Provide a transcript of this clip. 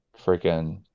freaking